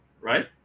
right